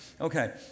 Okay